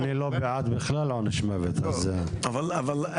אני לא בעד בכלל עונש מוות, אז הלכת רחוק.